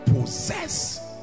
possess